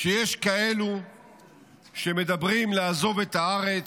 כשיש כאלו שמדברים על לעזוב את הארץ,